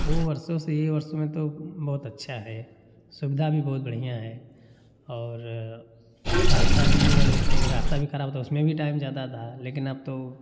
वो वर्षों से ये वर्षो में तो बहुत अच्छा है सुविधा भी बहुत बढ़िया है और रास्ता भी जो है पहले रास्ता भी ख़राब था उसमें भी टाइम जाता था लेकिन अब तो